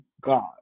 God